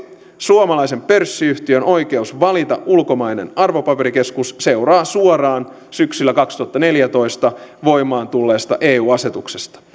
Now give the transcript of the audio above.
suomalaisen pörssiyhtiön oikeus valita ulkomainen arvopaperikeskus seuraa suoraan syksyllä kaksituhattaneljätoista voimaan tulleesta eu asetuksesta